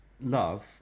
love